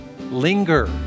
Linger